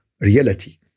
reality